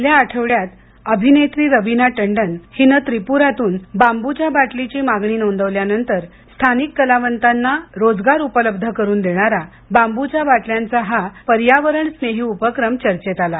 गेल्या आठवड्यात अभिनेत्री रविना टंडनन त्रिपुरातून बांबूच्या बाटलीची मागणी नोंदवल्यानंतर स्थानिक कलावंतांना रोजगार उपलब्ध करून देणारा बांबूच्या बाटल्यांचा हा पर्यावरण स्नेही उपक्रम चर्चेत आला